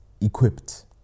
equipped